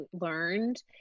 learned